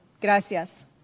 Gracias